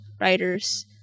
writers